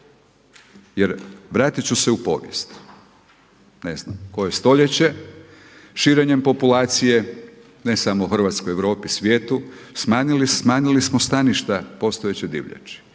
Jer vratiti ću se u povijest, ne znam, koje stoljeće, širenjem populacije, ne samo u Hrvatskoj, Europi, svijetu, smanjili smo staništa postojeće divljači.